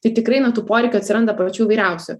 tai tikrai na tų poreikių atsiranda pačių įvairiausių